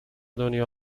دنیا